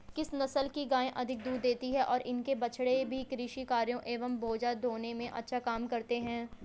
किस नस्ल की गायें अधिक दूध देती हैं और इनके बछड़े भी कृषि कार्यों एवं बोझा ढोने में अच्छा काम करते हैं?